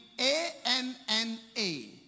A-N-N-A